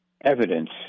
evidence